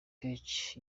cech